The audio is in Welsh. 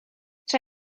tra